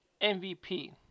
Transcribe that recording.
MVP